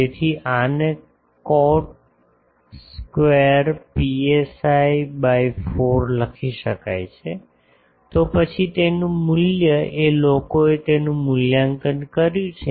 તેથી આને cot square psi by 4 લખી શકાય છે તો પછી તેનું મૂલ્ય એ લોકોએ તેનું મૂલ્યાંકન કર્યું છે